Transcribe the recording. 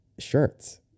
shirts